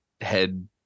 head